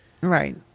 Right